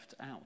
out